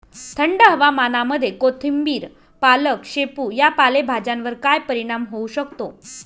थंड हवामानामध्ये कोथिंबिर, पालक, शेपू या पालेभाज्यांवर काय परिणाम होऊ शकतो?